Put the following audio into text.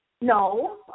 No